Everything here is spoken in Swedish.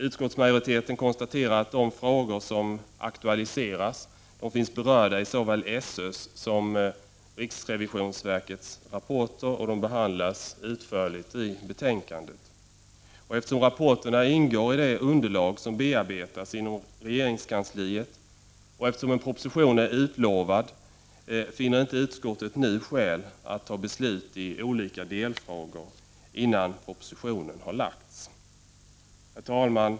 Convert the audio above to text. Utskottsmajoriteten konstaterar att de frågor som aktualiseras finns berörda i såväl SÖ:s som riksrevisionsverkets rapporter och behandlas utförligt i betänkandet. Eftersom rapporterna ingår i det underlag som bearbetas inom regeringskansliet och eftersom en proposition är utlovad, finner inte utskottet nu skäl att ta beslut i olika delfrågor innan propositionen har framlagts. Herr talman!